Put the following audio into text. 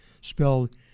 spelled